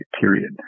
Period